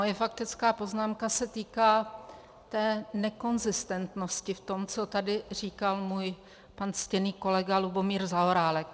Moje faktická poznámka se týká té nekonzistentnosti v tom, co tady říkal můj pan ctěný kolega Lubomír Zaorálek.